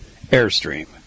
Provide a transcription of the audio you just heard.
Airstream